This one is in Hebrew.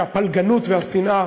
שהפלגנות והשנאה